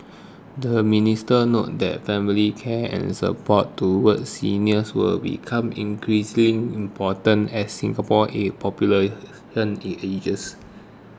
the minister noted that family care and support towards seniors will become increasingly important as Singapore ages